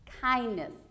kindness